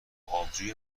آبجوی